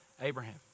Abraham